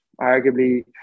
arguably